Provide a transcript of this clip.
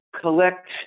collect